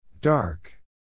Dark